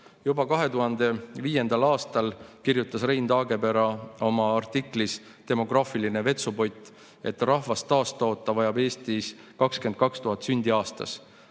Juba 2005. aastal kirjutas Rein Taagepera oma artiklis "Demograafiline vetsupott", et selleks, et rahvast taastoota, vajab Eesti 22 000 sündi aastas,